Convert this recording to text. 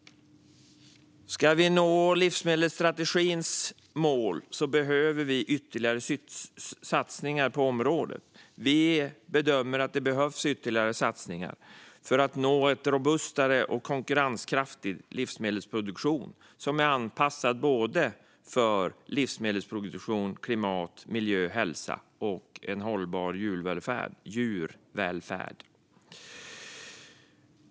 Ska vi nå livsmedelsstrategins mål behöver vi ytterligare satsningar på området. Vi bedömer att det behövs ytterligare satsningar för att nå en mer robust och konkurrenskraftig livsmedelsproduktion som är anpassad för såväl livsmedelsproduktion som klimat och miljö, hälsa och hållbar djurvälfärd.